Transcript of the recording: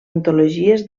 antologies